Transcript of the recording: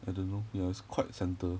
I don't know ya it's quite centre